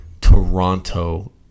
Toronto